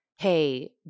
hey